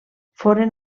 foren